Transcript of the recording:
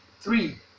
Three